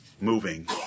moving